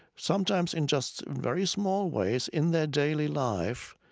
sometimes in just very small ways in their daily life.